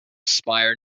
spire